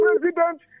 president